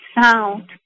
sound